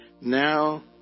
now